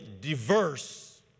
diverse